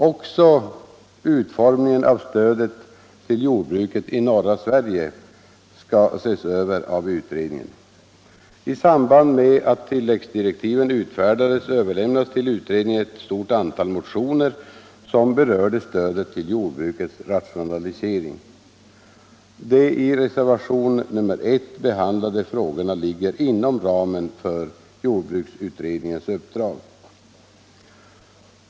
Också utformningen av stödet till jordbruket i norra Sverige skall ses över av utredningen. I samband med att tilläggsdirektiven utfärdades överlämnades till utredningen ett stort antal motioner som berörde stödet till jordbrukets rationalisering. De i reservationen 1 behandlade frågorna ligger inom ramen för jordbruksutredningens uppdrag.